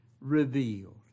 revealed